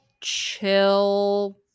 chill